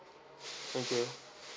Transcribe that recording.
thank you